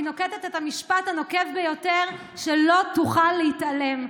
היא נוקטת את המשפט הנוקב ביותר: שלא תוכל להתעלם.